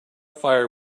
fire